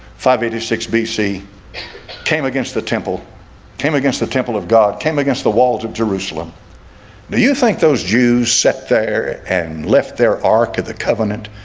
eighty six bc came against the temple came against the temple of god came against the walls of jerusalem do you think those jews set there and left their ark of the covenant?